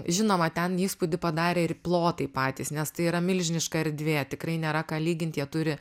žinoma ten įspūdį padarė ir plotai patys nes tai yra milžiniška erdvė tikrai nėra ką lygint jie turi